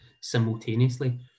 simultaneously